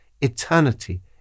Eternity